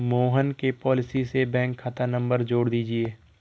मोहन के पॉलिसी से बैंक खाता नंबर जोड़ दीजिए